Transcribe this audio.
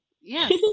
yes